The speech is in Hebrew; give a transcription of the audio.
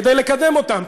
כדי לקדם אותם,